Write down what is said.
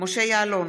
משה יעלון,